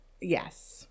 Yes